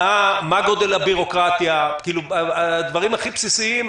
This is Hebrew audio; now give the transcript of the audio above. מה גודל הביורוקרטיה, כאילו דברים הכי בסיסיים.